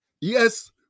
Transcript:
Yes